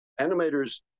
Animators